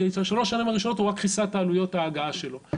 כי בשלוש השנים הראשונות הוא רק כיסה את עלויות ההגעה שלו.